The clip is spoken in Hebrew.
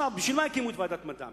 בשביל מה הקימו את ועדת המדע?